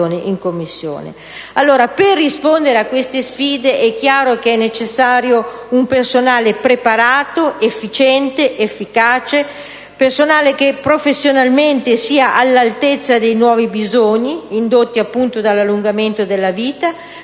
Per rispondere a queste sfide è necessario un personale preparato, efficiente ed efficace, che professionalmente sia all'altezza dei nuovi bisogni indotti dall'allungamento della vita,